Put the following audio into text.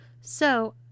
So